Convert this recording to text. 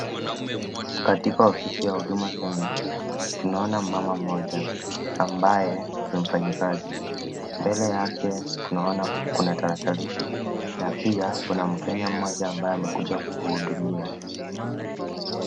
Katika ofisi ya huduma kenya, tunaona mumama mmoja ambaye ni mfanyikazi. Mbele yake tunaona kuna tarakilishi na pia kuna mkenya ambaye amekuja kuhudumiwa.